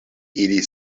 ili